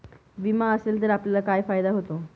विमा असेल तर आपल्याला काय फायदा होतो?